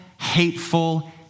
hateful